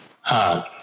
hard